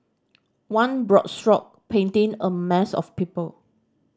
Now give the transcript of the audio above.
one broad stroke painting a mass of people